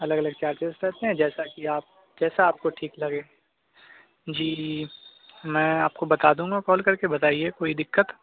الگ الگ چارجز کرتے ہیں جیسا کہ آپ جیسا آپ کو ٹھیک لگے جی میں آپ کو بتا دوں گا کال کر کے بتائیے کوئی دقت